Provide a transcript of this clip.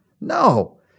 No